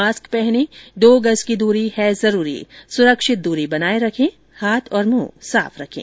mask पहनें दो गज की दूरी है जरूरी सुरक्षित दूरी बनाए रखें हाथ और मुंह साफ रखें